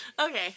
Okay